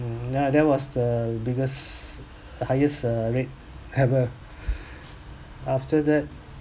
that was the biggest the highest rate ever after that